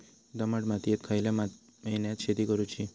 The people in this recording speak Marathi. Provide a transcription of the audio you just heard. दमट मातयेत खयल्या महिन्यात शेती करुची?